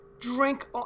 drink